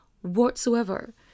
whatsoever